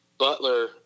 butler